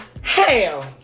Hell